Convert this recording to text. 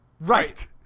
right